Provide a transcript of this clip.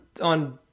on